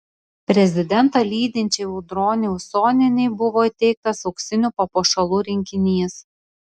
prezidentą lydinčiai audronei usonienei buvo įteiktas auksinių papuošalų rinkinys